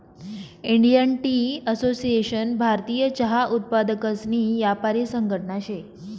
Indian tea association भारतीय चहा उत्पादकसनी यापारी संघटना शे